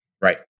right